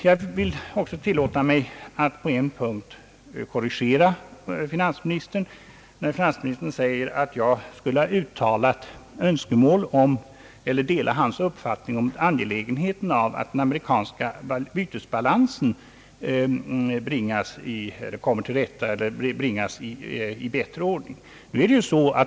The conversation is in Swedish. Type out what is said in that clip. Jag vill också tillåta mig att på en punkt korrigera finansministern, när han säger att jag skulle ha uttalat önskemål om eller delat hans uppfattning om angelägenheten av att den amerikanska bytesbalansen bringas i bättre ordning.